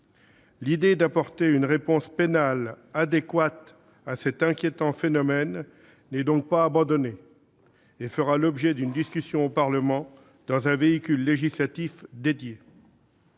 L'idée d'apporter une réponse pénale adéquate à cet inquiétant phénomène n'est donc pas abandonnée et fera l'objet d'une discussion au Parlement dans le cadre d'un véhicule législatif dédié.